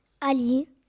Ali